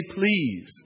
please